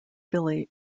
billy